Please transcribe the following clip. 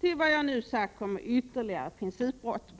Till vad jag nu sagt kommer ytterligare ”principbrott”.